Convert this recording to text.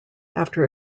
after